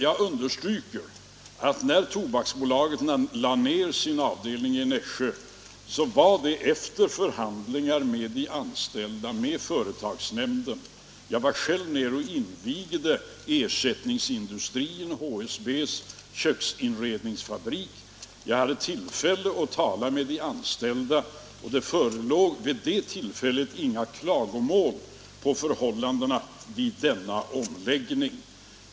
Jag understryker att när Tobaksbolaget lade ner sin avdelning i Nässjö var det efter förhandlingar med de anställda, med företagsnämnden. Jag var själv nere och invigde ersättningsindustrin, HSB:s köksinrednings fabrik. Jag hade tillfälle att tala med de anställda, och det förelåg vid det tillfället inga klagomål på förhållandena vid denna omläggning.